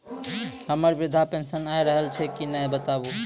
हमर वृद्धा पेंशन आय रहल छै कि नैय बताबू?